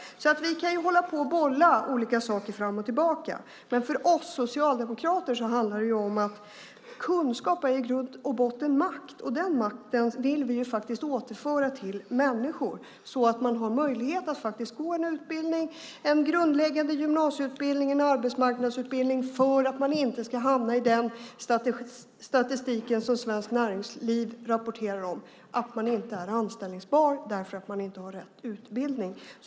Vi kan bolla fram och tillbaka. För oss socialdemokrater handlar det om att kunskap i grunden är makt. Den makten vill vi återföra till människor så att man har möjlighet att gå en utbildning - en grundläggande gymnasieutbildning eller en arbetsmarknadsutbildning - så att man inte hamnar i den statistik som Svenskt Näringsliv rapporterar om, nämligen att man inte är anställningsbar eftersom man inte har rätt utbildning.